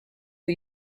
who